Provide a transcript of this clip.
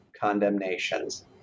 condemnations